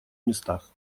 местах